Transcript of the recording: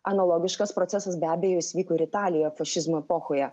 analogiškas procesas be abejo jis vyko ir italijoje fašizmo epochoje